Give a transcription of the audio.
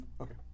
Okay